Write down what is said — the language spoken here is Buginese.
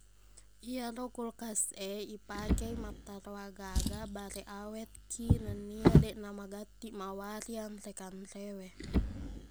Iyaro kulkas e, ipake mattaro agaaga bareq awetki nennia deqna magattiq mawari anre-kanrewe.